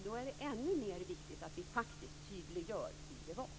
Då är det ännu mer viktigt att vi faktiskt tydliggör hur det var.